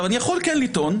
אני יכול כן לטעון,